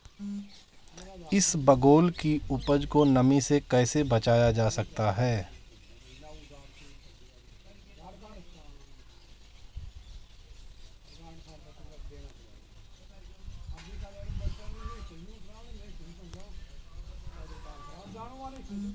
इसबगोल की उपज को नमी से कैसे बचाया जा सकता है?